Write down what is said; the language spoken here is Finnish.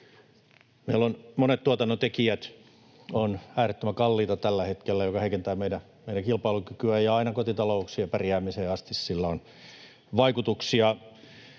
Meillä monet tuotannontekijät ovat äärettömän kalliita tällä hetkellä, mikä heikentää meidän kilpailukykyä, ja aina kotitalouksien pärjäämiseen asti sillä on vaikutuksia.